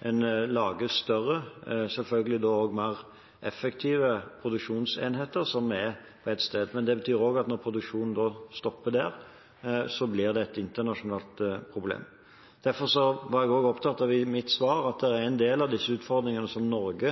en lager større – selvfølgelig da også mer effektive – produksjonsenheter på ett sted. Men det betyr også at når produksjonen stopper der, så blir det et internasjonalt problem. Derfor var jeg også opptatt av i mitt svar at det er en del av disse utfordringene som Norge